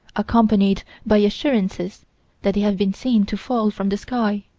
accompanied by assurances that they had been seen to fall from the sky.